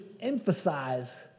emphasize